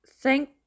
Thank